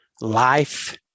life